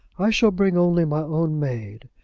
i shall bring only my own maid,